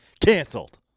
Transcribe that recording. canceled